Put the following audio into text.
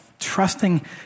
trusting